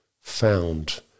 found